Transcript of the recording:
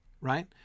right